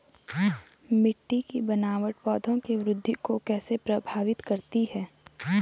मिट्टी की बनावट पौधों की वृद्धि को कैसे प्रभावित करती है?